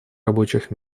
рабочих